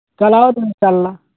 کل آؤ تو ان شاء اللہ